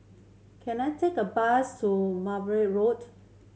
can I take a bus to Merbau Road